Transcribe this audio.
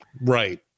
Right